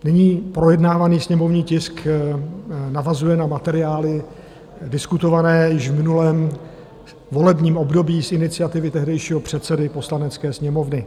Nyní projednávaný sněmovní tisk navazuje na materiály diskutované již v minulém volebním období z iniciativy tehdejšího předsedy Poslanecké sněmovny.